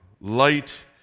light